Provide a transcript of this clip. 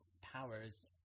powers